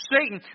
Satan